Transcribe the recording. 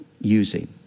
using